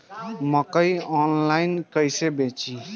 मकई आनलाइन कइसे बेची?